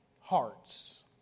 hearts